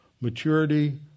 maturity